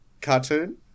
cartoon